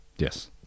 Yes